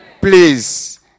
Please